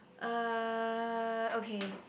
uh okay